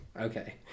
Okay